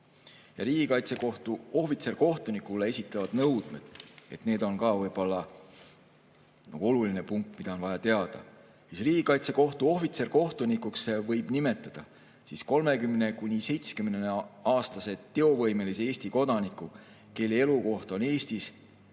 Riigikaitsekohtu ohvitserkohtunikule esitatavad nõuded. See on ka võib-olla oluline punkt, mida on vaja teada. Riigikaitsekohtu ohvitserkohtunikuks võib nimetada 30–70‑aastase teovõimelise Eesti kodaniku, kelle elukoht on Eestis,